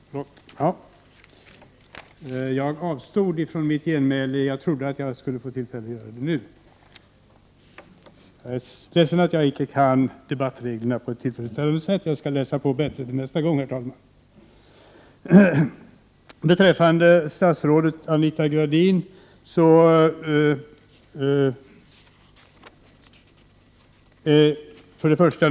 Herr talman! Jag avstod från genmäle då jag trodde att jag skulle ha tillfälle att replikera på Lennart Pettersson nu. Jag är ledsen att jag inte har tillfredsställande kunskaper om debattreglerna. Men jag skall läsa på dessa bättre till nästa gång, herr talman!